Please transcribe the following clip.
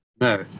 No